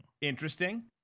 Interesting